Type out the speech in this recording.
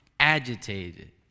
agitated